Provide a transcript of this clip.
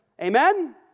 Amen